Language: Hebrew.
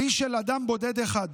והיא של אדם בודד אחד.